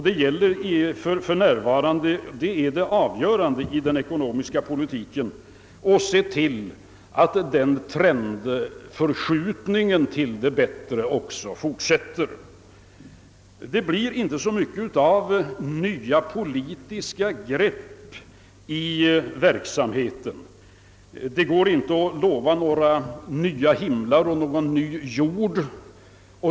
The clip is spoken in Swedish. Det avgörande i den ekonomiska politiken är nu att se till att den trendförskjutningen till det bättre också fortsätter. Det blir inte så många nya politiska grepp i verksamheten. Det går inte att lova några nya himlar och någon ny jord.